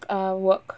err work